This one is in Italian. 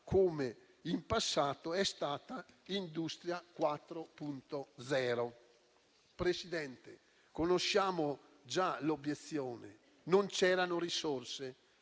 come in passato è stata Industria 4.0. Signor Presidente, conosciamo già l'obiezione: non c'erano risorse.